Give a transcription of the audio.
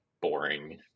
boring